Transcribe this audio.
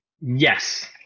Yes